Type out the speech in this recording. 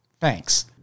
thanks